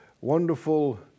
wonderful